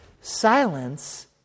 Silence